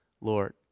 Lord